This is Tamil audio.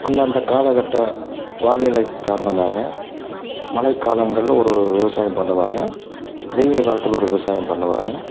அந்தந்த காலக்கட்டம் வானிலை காரணமாக மழை காலங்களில் ஒரு விவசாயம் பண்ணுவாங்க வெயில் காலத்தில் ஒரு விவசாயம் பண்ணுவாங்க